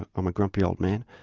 i'm a grumpy old man,